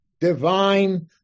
divine